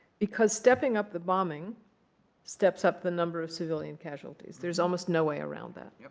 because stepping up the bombing steps up the number of civilian casualties. there's almost no way around that. yeah